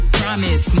promise